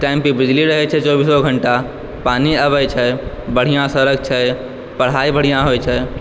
time पर बिजली रहै छै चौबीसो घंटा पानी अबै छै बढ़िऑं सड़क छै पढ़ाई बढ़िऑं होइ छै